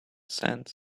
sands